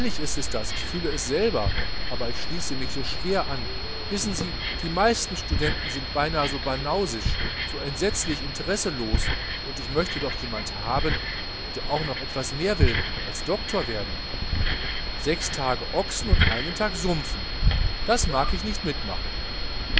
ist es das ich fühle es selber aber ich schließe mich schwer an wissen sie die meisten studenten sind so banausisch so entsetzlich interesselos und ich möchte doch jemand haben der auch noch etwas mehr will als doktor werden sechs tage ochsen und einen tag sumpfen das mag ich nicht mitmachen